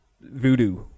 voodoo